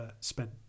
spent